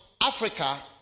Africa